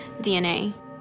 DNA